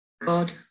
God